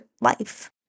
life